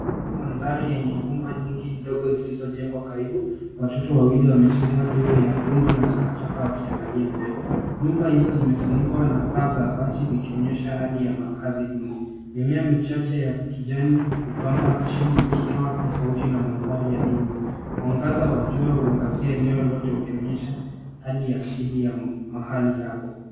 Katika mandhari yenye nyumba nyingi ndogo zilizojengwa karibu watoto wawili wamesimama juu ya rundo la takataka wakiangalia mbele. Nyumba hizo zimefunikwa na paa za bati zikionyesha hali ya makaazi duni. Mimea michache ya kijani hupamba chini ikitoa tofauti na mandhari ya jumla. Mwangaza wa jua huangazia eneo lote ukionyesha hali ya asili ya mahali hapo.